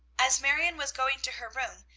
as marion was going to her room,